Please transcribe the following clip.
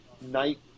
Night